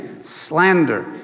slander